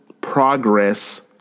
progress